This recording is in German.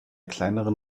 kleineren